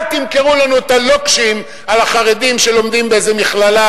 אל תמכרו לנו את הלוקשים על החרדים שלומדים באיזו מכללה